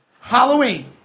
Halloween